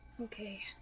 okay